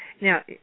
Now